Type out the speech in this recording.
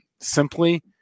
simply